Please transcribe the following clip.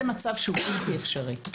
זה מצב בלתי אפשרי.